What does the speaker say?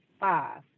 five